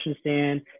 stand